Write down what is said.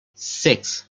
six